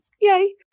Yay